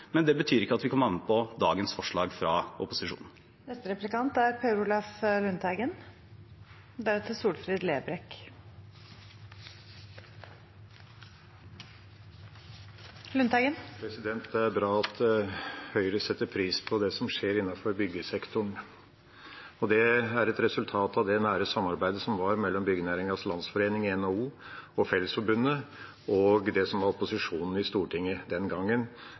men det betyr ikke at vi kan være med på dagens forslag fra opposisjonen. Det er bra at Høyre setter pris på det som skjer innenfor byggesektoren. Det er et resultat av det nære samarbeidet som var mellom Byggenæringens Landsforening i NHO og Fellesforbundet og det som var opposisjonen i Stortinget den gangen.